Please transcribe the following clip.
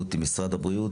החוק.